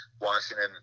Washington